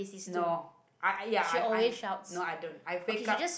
no I ya I I no I don't I fake up